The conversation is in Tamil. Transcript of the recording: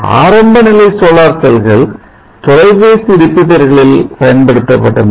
ஆரம்ப நிலை சோலார் செல்கள் தொலைபேசி ரிப்பீட்டர்ர்களில் பயன்படுத்தப்பட்டன